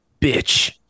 Bitch